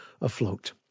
afloat